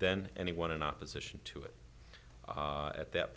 then anyone in opposition to it at that